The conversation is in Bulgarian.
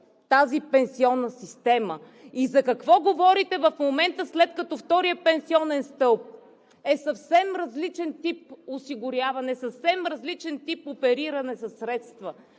тази пенсионна система? За какво говорите в момента, след като вторият пенсионен стълб е съвсем различен тип осигуряване!? Съвсем различен тип опериране със средства.